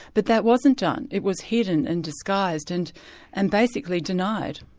but that wasn't done it was hidden and disguised and and basically denied.